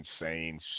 insane